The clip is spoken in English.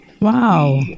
Wow